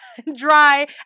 dry